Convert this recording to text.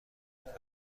انجام